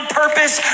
purpose